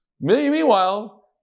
Meanwhile